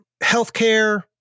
Healthcare